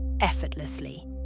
effortlessly